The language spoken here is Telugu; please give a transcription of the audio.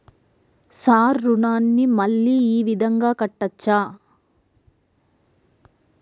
సార్ రుణాన్ని మళ్ళా ఈ విధంగా కట్టచ్చా?